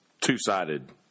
two-sided